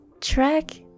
Track